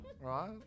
right